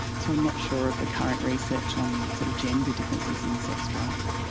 so i'm not sure of the current research on sort of gender differences in sex drive.